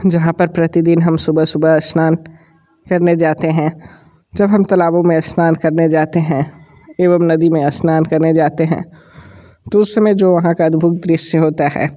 जहाँ पर प्रतिदिन हम सुबह सुबह स्नान करने जाते हैं जब हम तालाबों में स्नान करने जाते हैं एवम नदी में स्नान करने जाते हैं तो उस समय में जो वहाँ का अद्भुत दृश्य होता है